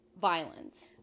Violence